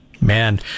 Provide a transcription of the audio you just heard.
Man